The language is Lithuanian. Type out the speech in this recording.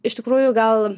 iš tikrųjų gal